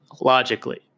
logically